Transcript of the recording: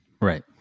Right